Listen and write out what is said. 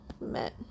met